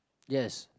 yes